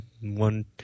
one